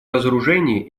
разоружение